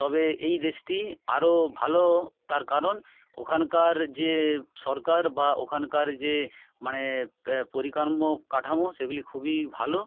তবে এই দেশটি আরো ভালো তার কারণ ওখানকার যে সরকার বা ওখানকার যে মানে পরিকার্ম কাঠামো সেগুলো খুবই ভালো